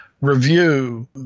review